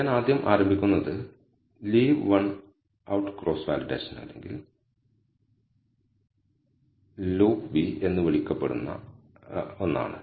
ഞാൻ ആദ്യം ആരംഭിക്കുന്നത് leave one out cross validation അല്ലെങ്കിൽ LOOCV എന്ന് വിളിക്കപ്പെടുന്ന ആണ്